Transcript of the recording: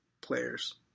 players